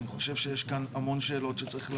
אני חושב שיש כאן המון שאלות שצריך להעלות.